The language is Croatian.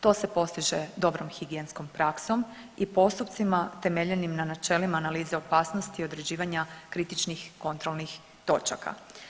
To se postiže dobrom higijenskom praksom i postupcima temeljenim na načelima analize opasnosti i određivanja kritičnih kontrolnih točaka.